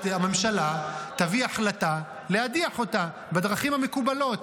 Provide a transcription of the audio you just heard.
הממשלה תביא החלטה להדיח אותה בדרכים המקובלות.